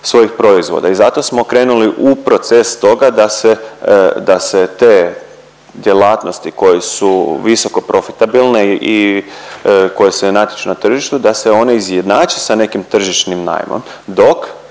svojih proizvoda i zato smo krenuli u proces toga da se, da se te djelatnosti koje su visoko profitabilne i koje se natječu na tržištu da se one izjednače sa nekim tržišnim najmom, dok